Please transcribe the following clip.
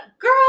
girl